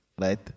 right